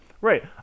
Right